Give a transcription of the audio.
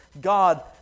God